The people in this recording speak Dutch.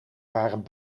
waren